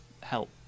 help